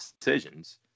decisions